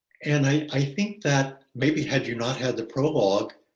and i i think that maybe had you not had the prologue,